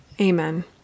amen